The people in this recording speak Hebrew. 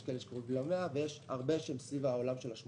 יש כאלה שקרובים ל-100% ויש הרבה שהם סביב ה-80%.